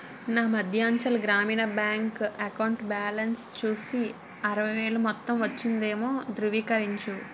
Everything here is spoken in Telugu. నా Madhyanchal Gramin bank account balance చూసి అరవై వేల మొత్తం వచ్చిందేమో ధృవీకరించు